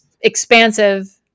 expansive